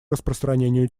распространению